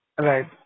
right